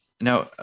Now